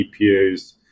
EPA's